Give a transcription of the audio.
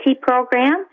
program